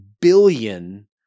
billion